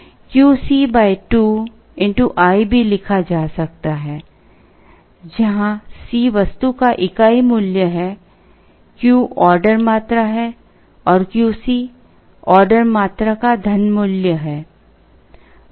QC 2 i भी लिखा जा सकता है जहाँ C वस्तु का इकाई मूल्य है Q ऑर्डर मात्रा है और QC ऑर्डर मात्रा का धन मूल्य है